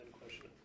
question